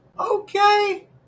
Okay